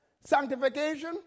sanctification